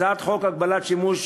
הצעת חוק הגבלת השימוש